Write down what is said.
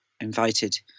invited